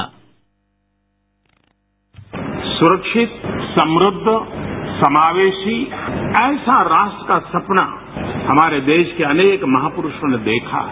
bite सुरक्षित समृद्ध समावेशी ऐसा राष्ट्र का सपना हमारे देश के अनेक महापुरूषों ने देखा है